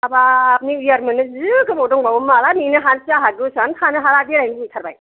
हाबाब निउ इयार मोननो जि गोबाव दंबावो माला नेनो हानोसै आंहा गोसोआनो थानो हाला बेरायनो लुबैथारबाय